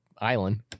island